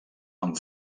amb